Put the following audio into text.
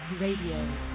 Radio